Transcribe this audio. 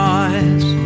eyes